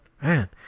Man